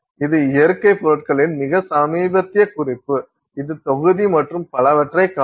இது இயற்கைப் பொருட்களில் மிக சமீபத்திய குறிப்பு இது தொகுதி மற்றும் பலவற்றைக் காணலாம்